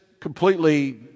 completely